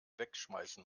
wegschmeißen